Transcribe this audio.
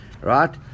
Right